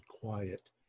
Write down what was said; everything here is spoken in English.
quiet